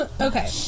okay